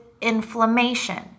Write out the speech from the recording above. inflammation